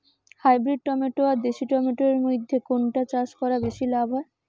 Hybrid tomato আর দেশি tomato এর মইধ্যে কোনটা চাষ করা বেশি লাভ হয়?